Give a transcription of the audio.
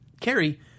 Carrie